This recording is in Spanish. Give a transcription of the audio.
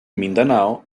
mindanao